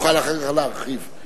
תוכל להרחיב אחרי כן.